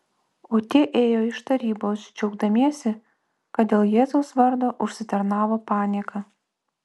o tie ėjo iš tarybos džiaugdamiesi kad dėl jėzaus vardo užsitarnavo panieką